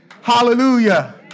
hallelujah